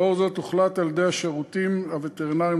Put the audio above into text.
לאור זאת הוחלט על-ידי השירותים הווטרינריים